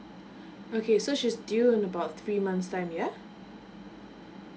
okay so she's due in about three months time yeah